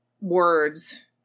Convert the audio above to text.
words